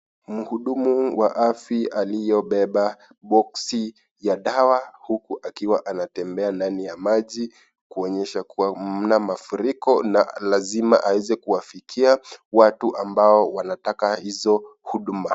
Mhudumu wa afya aliyobeba box ya dawa huku akiwa anatembea ndani ya maji kuonyesha kuwa mna mafuriko na lazima aweze kuwafikia watu ambao wanataka hizo huduma.